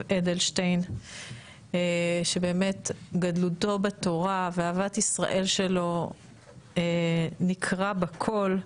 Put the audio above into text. אדלשטיין שבאמת גדלותו בתורה ואהבת ישראל שלו נקרא בכל.